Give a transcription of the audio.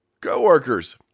co-workers